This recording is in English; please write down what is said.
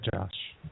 Josh